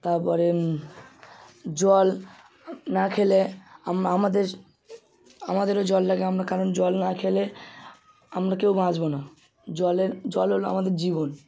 তারপরে জল না খেলে আমাদের আমাদেরও জল লাগে আমরা কারণ জল না খেলে আমরা কেউ বাঁচব না জলের জল হল আমাদের জীবন